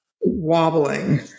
wobbling